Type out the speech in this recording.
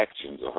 actions